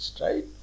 right